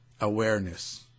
awareness